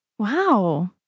Wow